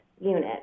unit